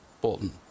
Bolton